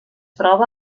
troba